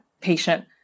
patient